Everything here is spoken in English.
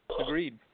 Agreed